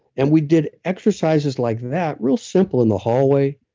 and we did exercises like that, real simple in the hallway,